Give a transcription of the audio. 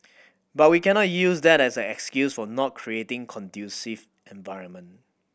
but we cannot use that as an excuse for not creating conducive environment